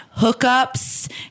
hookups